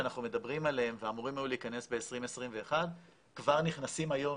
שאנחנו מדברים עליהם ואמורים היו להיכנס ב-2021 כבר נכנסים היום.